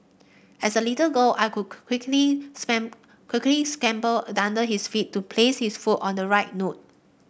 as a little girl I cook quickly quickly scamper under his feet to place his foot on the right note